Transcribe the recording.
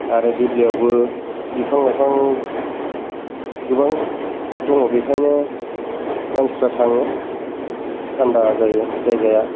आरो दिपलाइ आवबो बिफां लाइफां गोबां दङ बेखायनो मानसिफ्रा थाङो थान्दा जायो जायगाया